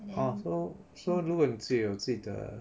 orh so so 如果你自己有自己的